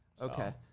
Okay